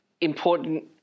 important